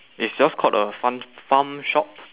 it's just called a farm farm shop